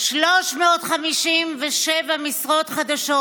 357 משרות חדשות,